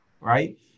right